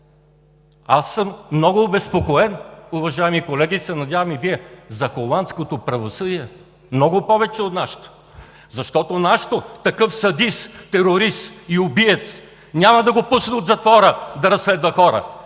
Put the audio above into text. Аз съм много обезпокоен, уважаеми колеги, надявам се и Вие, за холандското правосъдие много повече отколкото за нашето, защото нашето – такъв садист, терорист и убиец няма да го пусне от затвора да разстрелва хора.